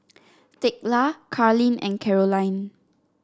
Thekla Carlyn and Karolyn